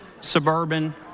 suburban